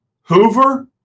Hoover